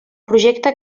projecte